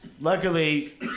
Luckily